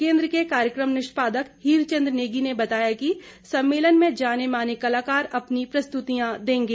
केंद्र के कार्यक्रम निष्यादक हीरचंद नेगी ने बताया कि सम्मेलन में जानेमाने कलाकार अपनी प्रस्तृतियां देंगे